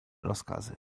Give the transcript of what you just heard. rozkazy